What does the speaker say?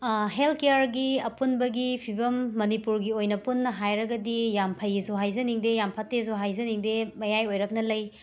ꯍꯦꯜ ꯀ꯭ꯌꯔꯒꯤ ꯑꯄꯨꯟꯕꯒꯤ ꯐꯤꯕꯝ ꯃꯅꯤꯄꯨꯔꯒꯤ ꯑꯣꯏꯅ ꯄꯨꯟꯅ ꯍꯥꯏꯔꯒꯗꯤ ꯌꯥꯝ ꯐꯩꯌꯦꯁꯨ ꯍꯥꯏꯖꯅꯤꯡꯗꯦ ꯌꯥꯝ ꯐꯠꯇꯦꯁꯨ ꯍꯥꯏꯖꯅꯤꯡꯗꯦ ꯃꯌꯥꯏ ꯑꯣꯏꯔꯞꯅ ꯂꯩ